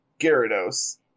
Gyarados